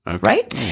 Right